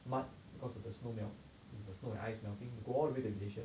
but because of the snow melt the snow and ice melting we go all the way to glacier